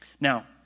Now